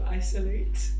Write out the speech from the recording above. isolate